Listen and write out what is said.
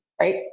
right